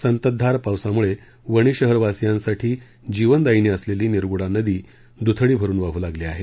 संततधार पावसामुळे वणी शहरवासीयांसाठी जीवनदायिनी असलेली निर्गुंडा नदी दुथडी भरून वाहू लागली आहे